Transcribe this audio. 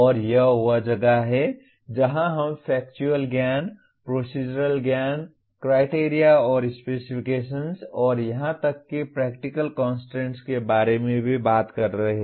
और यह वह जगह है जहां हम फैक्चुअल ज्ञान प्रोसीज़रल ज्ञान क्राइटेरिया और स्पेसिफिकेशन्स और यहां तक कि प्रैक्टिकल कंस्ट्रेंट्स के बारे में भी बात कर रहे हैं